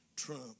trump